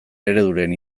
ereduren